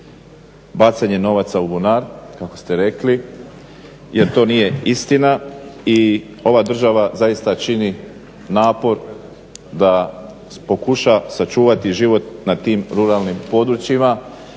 bacanje novaca u bunar kako ste rekli jer to nije istina i ova država zaista čini napor da pokuša sačuvati život na tim ruralnim područjima